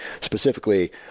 specifically